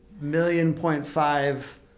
million-point-five